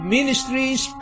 Ministries